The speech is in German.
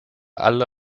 alle